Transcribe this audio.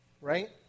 Right